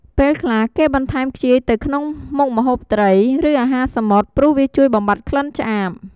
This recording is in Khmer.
ពេលខ្លះគេបន្ថែមខ្ជាយទៅក្នុងមុខម្ហូបត្រី ឬអាហារសមុទ្រ ព្រោះវាជួយបំបាត់ក្លិនឆ្អាប។